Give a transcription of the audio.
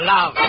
Love